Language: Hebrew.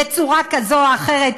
בצורה כזו או אחרת,